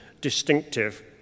Distinctive